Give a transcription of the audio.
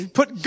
put